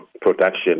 production